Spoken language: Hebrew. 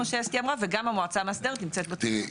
וגם המועצה המאסדרת נמצאת בתמונה.